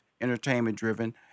entertainment-driven